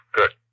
Good